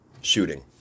shooting